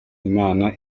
imana